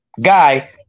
guy